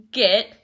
get